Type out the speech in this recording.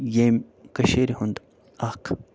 ییٚمہِ کٔشیٖرِ ہُنٛد اکھ